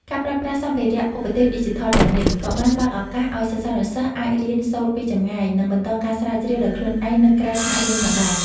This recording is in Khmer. ការប្រើប្រាស់សម្ភារ:ឧបទេសឌីជីថលទាំងនេះ ក៏បានបើកឱកាសឱ្យសិស្សានុសិស្សអាចរៀនសូត្រពីចម្ងាយ និងបន្តការស្រាវជ្រាវដោយខ្លួនឯងនៅក្រៅថ្នាក់រៀនផងដែរ។